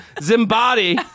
Zimbabwe